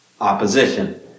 opposition